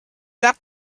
that